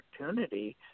opportunity